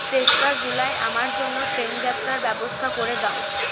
তেসরা জুলাই আমার জন্য ট্রেনযাত্রার ব্যবস্থা করে দাও